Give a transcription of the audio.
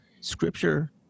scripture